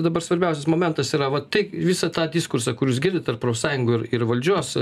dabar svarbiausias momentas yra va tai visą tą diskursą kur jūs girdit tarp profsąjungų ir valdžios